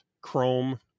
Chrome